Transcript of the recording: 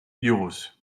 euros